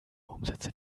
umsätze